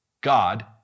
God